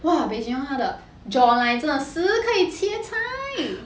!wah! bae jun young 他的 jaw line 真的是可以切菜